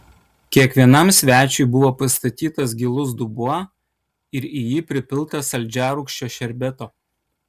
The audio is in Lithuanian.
kiekvienam svečiui buvo pastatytas gilus dubuo ir į jį pripilta saldžiarūgščio šerbeto